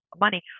money